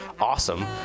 awesome